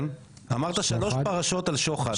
כן, אמרת שלוש פרשות על שוחד.